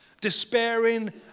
despairing